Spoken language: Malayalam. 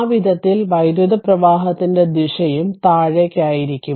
ആ വിധത്തിൽ വൈദ്യുത പ്രവാഹത്തിന്റെ ദിശയും താഴേക്ക് ആയിരിക്കും